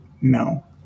No